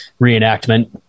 reenactment